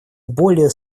более